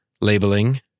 labeling